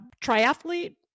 triathlete